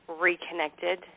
reconnected